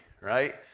right